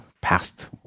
past